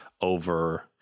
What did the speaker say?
over